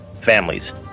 families